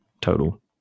total